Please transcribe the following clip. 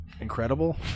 Incredible